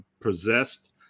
possessed